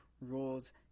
Rules